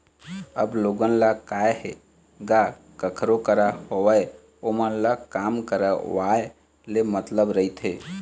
अब लोगन ल काय हे गा कखरो करा होवय ओमन ल काम करवाय ले मतलब रहिथे